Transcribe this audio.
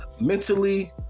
Mentally